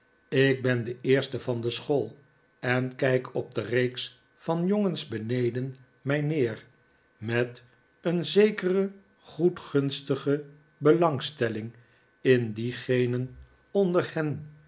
ik ben de eerste van de school en kijk op de reeks van jbngens beneden mij neer david copperfield met een zekere goedgunstige belangstelling in diegenen onder hen